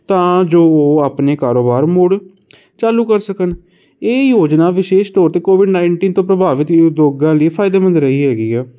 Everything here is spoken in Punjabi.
ਤਾਂ ਜੋ ਉਹ ਆਪਣੇ ਕਾਰੋਬਾਰ ਮੁੜ ਚਾਲੂ ਕਰ ਸਕਣ ਇਹ ਯੋਜਨਾ ਵਿਸ਼ੇਸ਼ ਤੌਰ 'ਤੇ ਕੋਵਿਡ ਨਾਈਨਟੀਨ ਤੋਂ ਪ੍ਰਭਾਵਿਤ ਉਦਯੋਗਾਂ ਲਈ ਫਾਇਦੇਮੰਦ ਰਹੀ ਹੈਗੀ ਆ